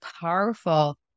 powerful